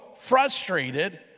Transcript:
frustrated